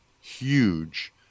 huge